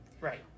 Right